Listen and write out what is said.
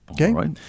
Okay